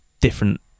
different